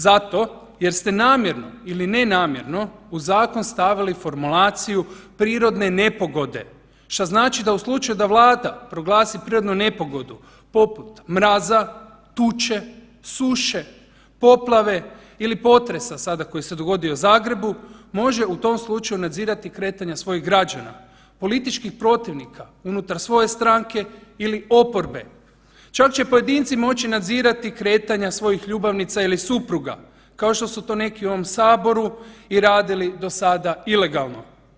Zato jer ste namjerno ili ne namjerno u zakon stavili formulaciju prirodne nepogode, šta znači da u slučaju da Vlada proglasi prirodnu nepogodu poput mraza, tuče, suše, poplave ili potresa koji se sada u Zagrebu može u tom slučaju nadzirati kretanja svojih građana, političkih protivnika unutar svoje stranke ili oporbe, čak će pojedinci moći nadzirati kretanja svojih ljubavnica ili supruga kao što su to neki u ovom Saboru i radili do sada ilegalno.